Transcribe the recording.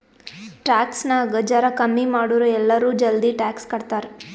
tax ನಾಗ್ ಜರಾ ಕಮ್ಮಿ ಮಾಡುರ್ ಎಲ್ಲರೂ ಜಲ್ದಿ ಟ್ಯಾಕ್ಸ್ ಕಟ್ತಾರ್